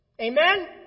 Amen